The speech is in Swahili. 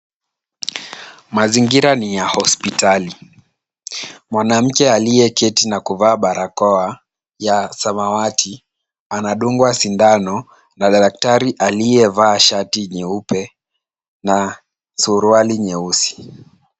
Mazingira ni ya hospitali. Mwanamke aliyeketi na kuvaa barakoa ya samawati anadungwa sindano na daktari aliyevaa shati nyeupe na suruali nyeusi.